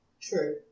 true